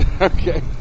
Okay